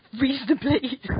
reasonably